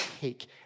take